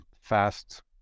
fast